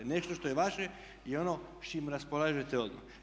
Nešto što je vaše je ono s čime raspolažete odmah.